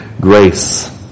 grace